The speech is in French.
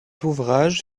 ouvrage